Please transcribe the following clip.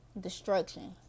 destruction